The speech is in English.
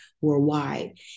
worldwide